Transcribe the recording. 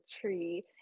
tree